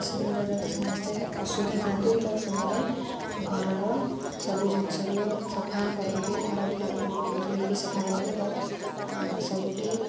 ଦଶ ଦିନ ପର୍ଯ୍ୟନ୍ତ ସମସ୍ତେ ଅଶୁଦ୍ଧ ଥାନ୍ତି ତ ସେମାନେ ଘରର ସବୁ ଜିନିଷକୁ ସଫା କରନ୍ତି ଘର ଧୁଆ ଧୋଇକି ସଫା କରନ୍ତି ଏବଂ ସବୁଠି